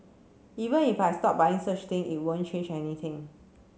even if I stop buying such thing it won't change anything